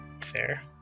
Fair